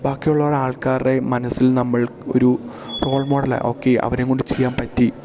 ബാക്കിയുള്ള ആൾക്കാരുടെയും മനസ്സിൽ നമ്മൾ ഒരു റോൾ മോഡല് ഓക്കെ അവരെയുംകൊണ്ട് ചെയ്യാൻ പറ്റി